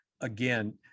again